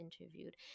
interviewed